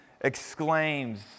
exclaims